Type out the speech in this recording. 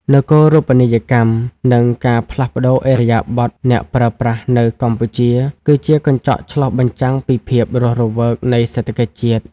នគរូបនីយកម្ម និងការផ្លាស់ប្តូរឥរិយាបថអ្នកប្រើប្រាស់នៅកម្ពុជា គឺជាកញ្ចក់ឆ្លុះបញ្ចាំងពីភាពរស់រវើកនៃសេដ្ឋកិច្ចជាតិ។